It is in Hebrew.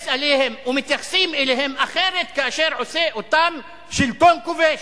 מתייחסים אליהם אחרת כאשר עושה אותם שלטון כובש.